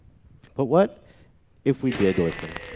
but what if we did listen?